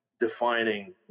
defining